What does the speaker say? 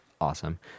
awesome